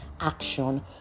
action